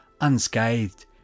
unscathed